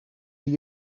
zie